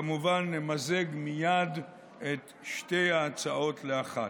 כמובן שנמזג מייד את שתי ההצעות לאחת.